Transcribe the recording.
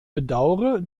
bedaure